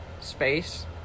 space